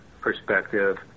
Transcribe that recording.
perspective